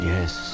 Yes